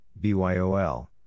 byol